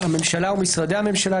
הממשלה ומשרדי הממשלה,